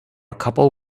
couple